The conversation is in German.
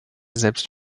selbst